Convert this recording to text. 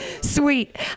Sweet